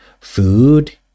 food